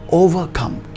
overcome